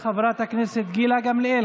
חבר הכנסת דוד אמסלם.